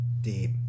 Deep